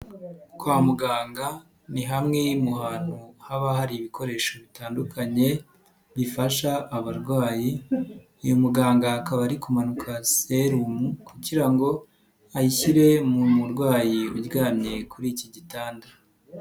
Kwa muganga ni hamwe mu hantu haba hari ibikoresho bitandukanye bifasha abarwayi, uyu muganga akaba kumanuka serumu kugira ngo ayishyire mu murwayi uryamye kuri iki gitanda.